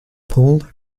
paul